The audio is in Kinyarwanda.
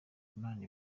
imana